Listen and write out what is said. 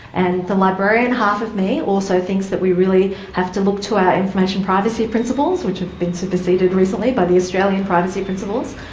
and the librarian half of me also thinks that we really have to look to our information privacy principles, which have been superseded recently by the australian privacy principles,